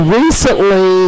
recently